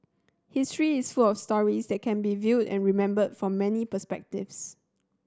history is full of stories that can be viewed and remembered from many perspectives